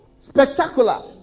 spectacular